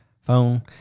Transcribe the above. phone